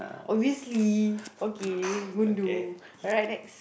obviously okay gundu alright next